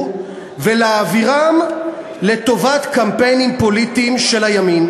ולהעבירם לטובת קמפיינים פוליטיים של הימין.